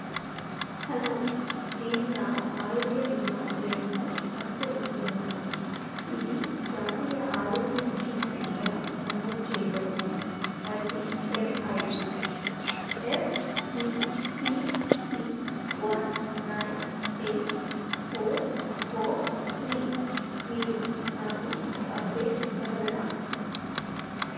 hello నేను నా ఆరోగ్య బీమా క్లెయిమ్ను అనుసరిస్తున్నాను ఇది జాతీయ ఆరోగ్య మిషన్ కింద నమోదు చేయబడింది మరియు claim I D F C P P one nine eight four four three మీరు నాకు ఒక అప్డేట్ ఇవ్వగలరా